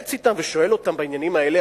מתייעץ אתם ושואל אותם בעניינים האלה,